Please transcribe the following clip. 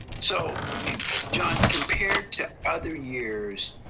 so john, compared to other years,